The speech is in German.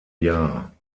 jahr